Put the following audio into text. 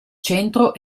centro